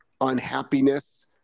unhappiness